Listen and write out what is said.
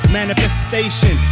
manifestation